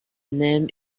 name